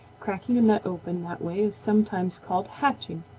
cracking a nut open that way is sometimes called hatching,